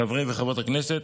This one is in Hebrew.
חברות וחברי הכנסת,